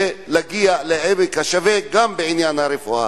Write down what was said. ולהגיע לעמק השווה גם בעניין הרפואה.